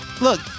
Look